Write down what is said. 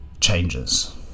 changes